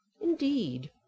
indeed